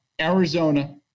Arizona